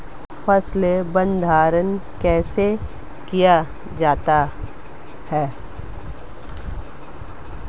फ़सल भंडारण कैसे किया जाता है?